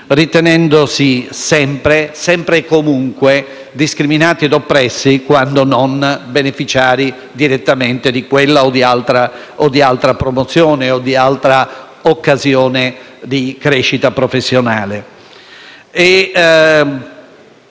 ritenendosi sempre e comunque discriminati e oppressi quando non beneficiari direttamente di quella o di altra promozione o occasione di crescita professionale.